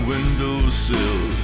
windowsill